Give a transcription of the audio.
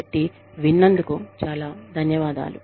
కాబట్టి విన్నందుకు చాలా ధన్యవాదాలు